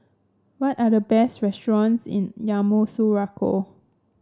what are the best restaurants in Yamoussoukro